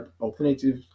alternative